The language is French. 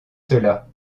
cela